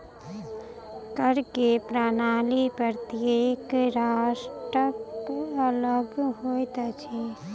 कर के प्रणाली प्रत्येक राष्ट्रक अलग होइत अछि